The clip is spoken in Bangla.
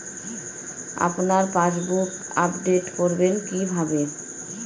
আপনার পাসবুক আপডেট করবেন কিভাবে?